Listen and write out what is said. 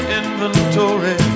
inventory